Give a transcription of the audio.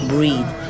breathe